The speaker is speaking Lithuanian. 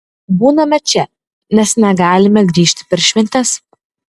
būname čia nes negalime grįžt per šventes